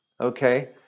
Okay